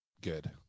good